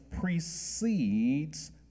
precedes